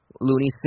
Looney